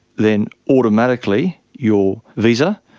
then automatically your visa,